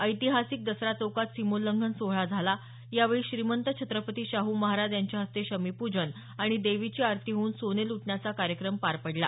ऐतिहासिक दसरा चौकात सीमोल्लंघन सोहळा झाला यावेळी श्रीमंत छत्रपती शाहू महाराज यांच्या हस्ते शमीपूजन आणि देवीची आरती होऊन सोने लुटण्याचा कार्यक्रम पार पडला